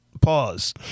Pause